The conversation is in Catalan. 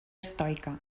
estoica